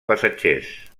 passatgers